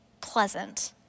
Pleasant